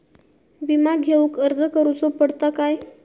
विमा घेउक अर्ज करुचो पडता काय?